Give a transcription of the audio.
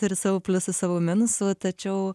turi savo pliusų savo minusų tačiau